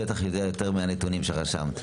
בטח יודע יותר מאשר הנתונים שרשמת.